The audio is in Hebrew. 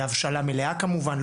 בהבשלה מלאה כמובן,